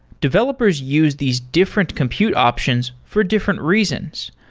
developers use these different compute options for different reasons.